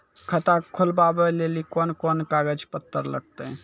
खाता खोलबाबय लेली कोंन कोंन कागज पत्तर लगतै?